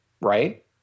right